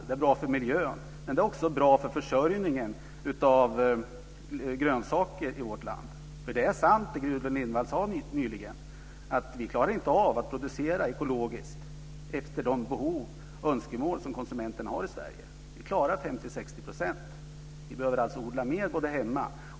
Det är bra för miljön, och det är också bra för försörjningen av grönsaker i vårt land. Det Gudrun Lindvall sade nyligen är sant. Vi klarar inte av att ekologiskt producera efter de behov och önskemål som konsumenterna i Sverige har. Vi klarar 50-60 %. Vi behöver odla mer hemma.